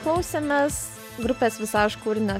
klausėmės grupės visaž kūrinio